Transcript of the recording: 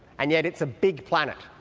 and yet it's a big planet.